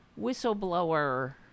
whistleblower